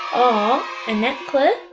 ah an necklace.